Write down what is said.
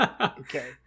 Okay